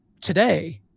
today